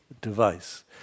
device